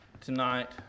tonight